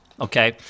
Okay